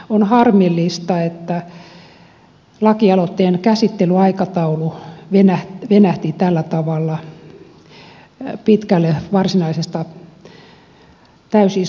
on harmillista että lakialoitteen käsittelyaikataulu venähti tällä tavalla pitkälle varsinaisesta täysistunnosta